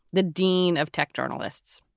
the dean of tech journalists.